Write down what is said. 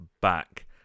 back